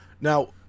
Now